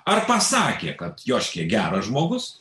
ar pasakė kad joškė geras žmogus